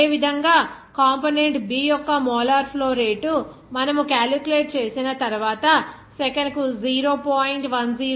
అదేవిధంగా component B యొక్క molar flow rate మనము క్యాలిక్యులేట్ చేసిన తర్వాత సెకనుకు 0